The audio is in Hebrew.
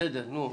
בסדר נו,